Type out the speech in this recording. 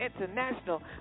International